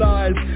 eyes